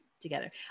together